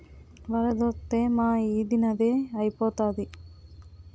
వరదొత్తే మా ఈది నదే ఐపోతాది